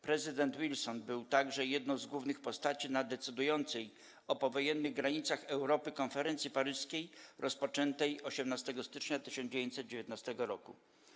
Prezydent Wilson był także jedną z głównych postaci na decydującej o powojennych granicach Europy Konferencji Paryskiej rozpoczętej 18 stycznia 1919 r.